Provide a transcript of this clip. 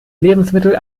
lebensmittel